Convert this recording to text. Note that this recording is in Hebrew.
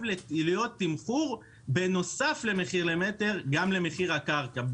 להיות תמחור בנוסף למחיר למטר גם למחיר הקרקע.